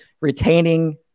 retaining